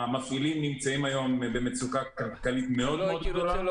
המפעילים נמצאים היום במצוקה כלכלית מאוד מאוד גדולה.